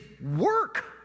work